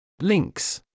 Links